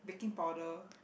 baking powder orh